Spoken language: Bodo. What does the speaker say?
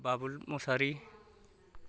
बाबुल मसाहारि